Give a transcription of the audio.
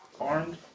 armed